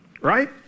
right